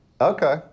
Okay